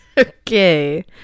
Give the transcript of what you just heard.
Okay